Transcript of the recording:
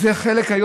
זה היום חלק,